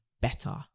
better